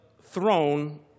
throne